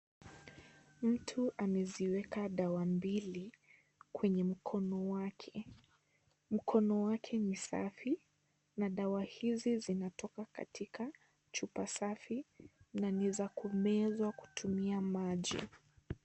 Mtu ameziweka dawa mbili kwenye mkono wake. Mkono wake ni safi na dawa hizi zinatoka katika chupa safi na ni za kumezwa kutumia maji.